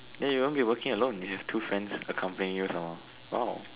then you won't be working alone you have two friends accompanying you some more !wow!